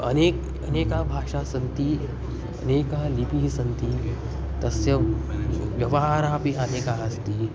अनेकः अनेका भाषा सन्ति अनेकः लिपिः सन्ति तस्य व्यवहारः अपि अनेकः अस्ति